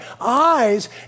eyes